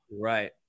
Right